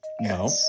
No